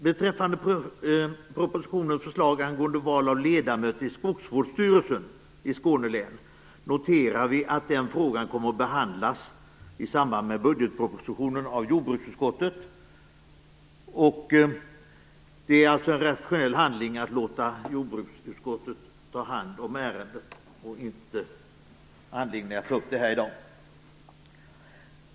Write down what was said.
Beträffande propositionens förslag angående val av ledamöter i Skogsvårdsstyrelsen i Skåne län noterar vi att den frågan kommer att behandlas av jordbruksutskottet i samband med budgetpropositionen. Det är alltså en rationell handling att låta jordbruksutskottet ta hand om ärendet, och det finns ingen anledning att ta upp det här i dag.